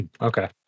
Okay